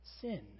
sin